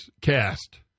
cast